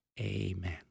Amen